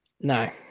No